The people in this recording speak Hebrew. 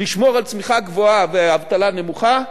לשמור על צמיחה גבוהה ואבטלה נמוכה,